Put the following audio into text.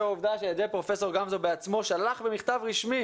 העובדה שפרופ' גמזו בעצמו שלח מכתב רשמי